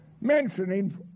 mentioning